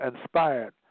inspired